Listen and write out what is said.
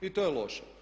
I to je loše.